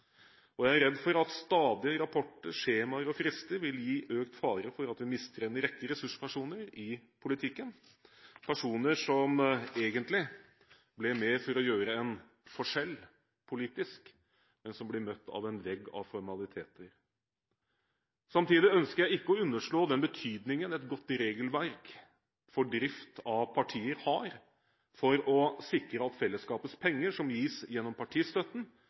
live. Jeg er redd for at stadige rapporter, skjemaer og frister vil gi økt fare for at vi mister en rekke ressurspersoner i politikken, personer som egentlig ble med for å gjøre en forskjell politisk, men som ble møtt av en vegg av formaliteter. Samtidig ønsker jeg ikke å underslå den betydningen et godt regelverk for drift av partier har for å sikre at fellesskapets penger som gis gjennom partistøtten,